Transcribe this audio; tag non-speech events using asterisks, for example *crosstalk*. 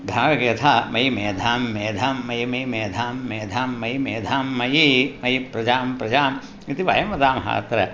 *unintelligible* यथा मयि मेधां मेधां मयि मयि मेधां मेधां मयि मेधां मयि मयि प्रजां प्रजाम् इति वयं वदामः अत्र